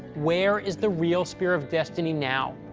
where is the real spear of destiny now?